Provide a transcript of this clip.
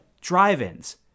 drive-ins